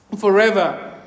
forever